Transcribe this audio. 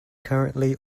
currently